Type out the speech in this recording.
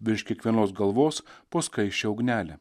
virš kiekvienos galvos po skaisčią ugnelę